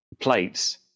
plates